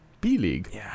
B-League